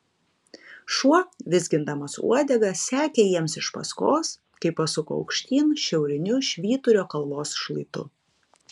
šuo vizgindamas uodega sekė jiems iš paskos kai pasuko aukštyn šiauriniu švyturio kalvos šlaitu